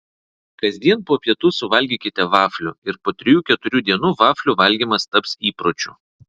kasdien po pietų suvalgykite vaflių ir po trijų keturių dienų vaflių valgymas taps įpročiu